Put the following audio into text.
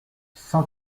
cent